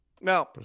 Now